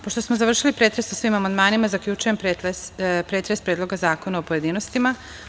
Pošto smo završili pretres o svim amandmanima, zaključujem pretres Predloga zakona u pojedinostima.